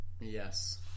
Yes